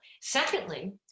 Secondly